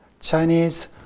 Chinese